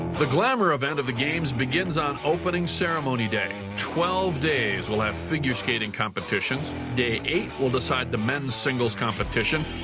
the glamour event of the games begins on opening ceremony day. twelve days will have figure skating competitions. day eight will decide the men's singles competition.